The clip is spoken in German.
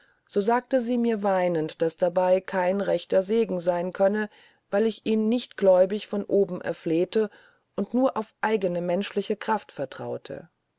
so sagte sie mir weinend daß dabei kein rechter segen sein könne weil ich ihn nicht gläubig von oben erflehte und nur auf eigene menschliche kraft vertraute